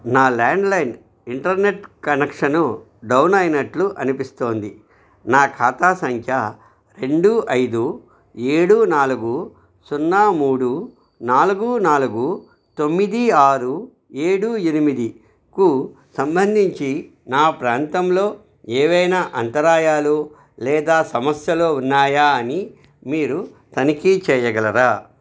నా landline internet connection down అయినట్లు అనిపిస్తోంది నా ఖాతా సంఖ్య రెండు ఐదు ఏడు నాలుగు సున్నా మూడు నాలుగు నాలుగు తొమ్మిది ఆరు ఏడు ఎనిమిదికు సంబంధించి నా ప్రాంతంలో ఏవైనా అంతరాయాలు లేదా సమస్యలు ఉన్నాయా అని మీరు తనిఖీ చేయగలరా